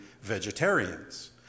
vegetarians